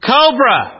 Cobra